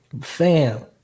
Fam